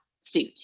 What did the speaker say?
suit